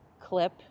clip